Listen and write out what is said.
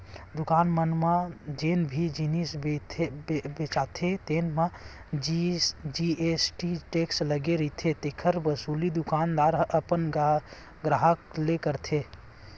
दुकान मन म जेन भी जिनिस बेचाथे तेन म जी.एस.टी टेक्स लगे रहिथे तेखर वसूली दुकानदार ह अपन गराहक ले करथे